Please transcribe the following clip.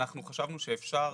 אנחנו חשבנו שאפשר